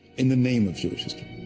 in the name of jewish history.